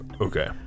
Okay